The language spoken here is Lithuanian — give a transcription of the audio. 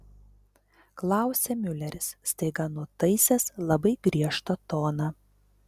klausia miuleris staiga nutaisęs labai griežtą toną